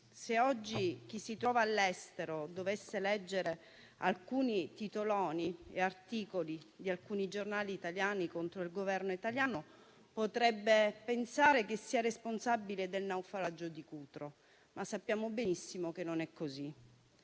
se oggi chi si trova all'estero dovesse leggere alcuni titoloni e articoli di alcuni giornali italiani contro il Governo italiano, potrebbe pensare che sia responsabile del naufragio di Cutro; ma sappiamo benissimo che non è così.